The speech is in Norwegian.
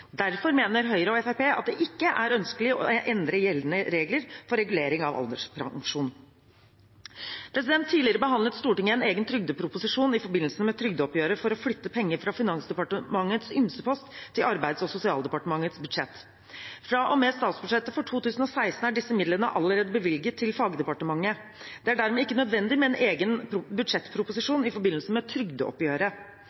Derfor mener Høyre og Fremskrittspartiet at det ikke er ønskelig å endre gjeldende regler for regulering av alderspensjon. Tidligere behandlet Stortinget en egen trygdeproposisjon i forbindelse med trygdeoppgjøret for å flytte penger fra Finansdepartementets ymsepost til Arbeids- og sosialdepartementets budsjett. Fra og med statsbudsjettet for 2016 er disse midlene allerede bevilget til fagdepartementet. Det er dermed ikke nødvendig med en egen